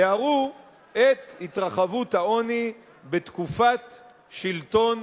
תיארו את התרחבות העוני בתקופת שלטון